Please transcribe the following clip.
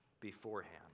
beforehand